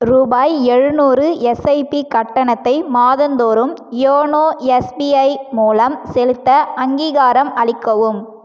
ரூபாய் எழுநூறு எஸ்ஐபி கட்டணத்தை மாதந்தோறும் யோனோ எஸ்பிஐ மூலம் செலுத்த அங்கீகாரம் அளிக்கவும்